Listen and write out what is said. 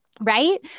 Right